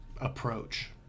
approach